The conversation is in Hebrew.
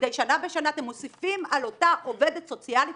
מדיי שנה בשנה אתם מוסיפים על אותה עובדת סוציאלית